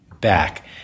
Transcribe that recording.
back